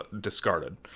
discarded